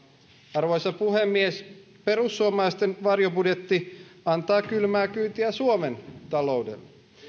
arvoisa puhemies perussuomalaisten varjobudjetti antaa kylmää kyytiä suomen taloudelle